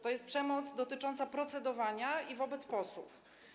To jest przemoc dotycząca procedowania i wobec posłów.